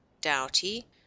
doughty